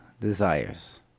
desires